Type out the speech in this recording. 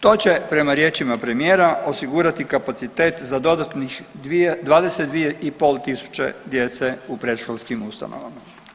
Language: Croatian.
To će prema riječima premijera osigurati kapacitet za dodatnih 22,5 tisuće djece u predškolskim ustanovama.